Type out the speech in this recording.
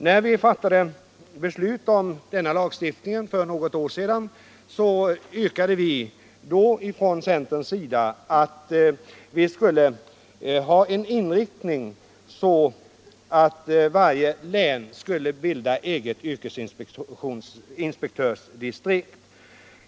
När beslutet om genomförande av lagstiftningen på området fattades för något år sedan yrkade vi från centern att inriktningen skulle vara att varje län skall bilda eget yrkesinspektionsdistrikt.